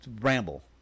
ramble